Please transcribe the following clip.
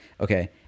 okay